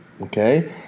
okay